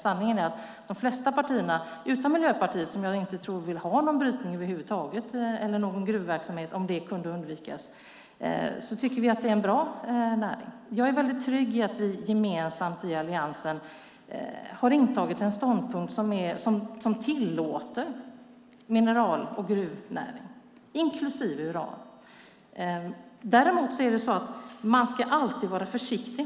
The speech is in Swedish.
Sanningen är att de flesta partierna, utom Miljöpartiet som jag inte tror vill ha någon brytning eller gruvverksamhet över huvud taget om det kunde undvikas, tycker att detta är en bra näring. Jag är väldigt trygg i att vi gemensamt i Alliansen har intagit en ståndpunkt som tillåter mineral och gruvnäring, inklusive uran. Däremot ska man alltid vara försiktig.